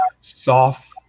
soft